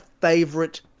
favorite